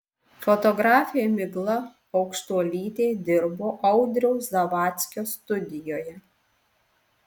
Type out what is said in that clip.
fotografė migla aukštuolytė dirbo audriaus zavadskio studijoje